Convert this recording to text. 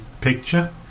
picture